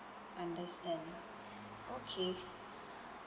understand okay